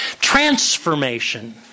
Transformation